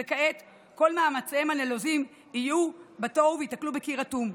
וכעת כל מאמציהם הנלוזים יעלו בתוהו וייתקלו בקיר אטום,